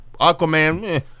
Aquaman